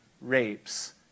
rapes